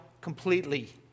completely